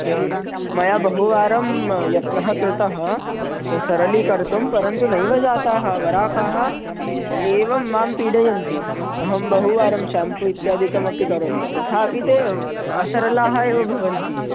एवं मया बहुवारं यत्नः कृतः सरलीकर्तुं परन्तु नैव जाताः वराकाः एवं मां पीडयन्ति अहं बहुवारं शाम्पू इत्यादिकमपि करोमि तथापि ते असरलाः एव भवन्ति